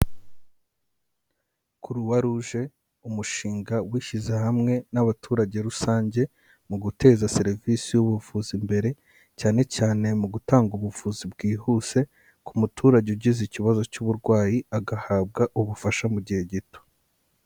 Croix rouge umushinga wishyize hamwe n'abaturage rusange mu guteza serivisi y'ubuvuzi imbere cyane cyane mu gutanga ubuvuzi bwihuse ku muturage ugize ikibazo cy'uburwayi, agahabwa ubufasha mu gihe gito.